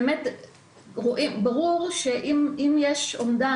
ברור שאם יש אומדן,